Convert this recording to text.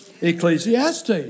Ecclesiastes